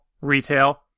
retail